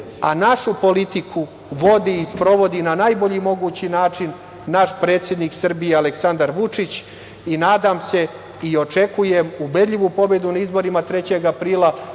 a našu politiku vodi i sprovodi na najbolji mogući način naš predsednik Srbije Aleksandar Vučić. Nadam se i očekujem ubedljivu pobedu na izborima 3. aprila,